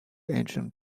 engine